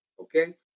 Okay